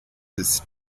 des